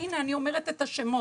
הנה, אני אומרת את השמות.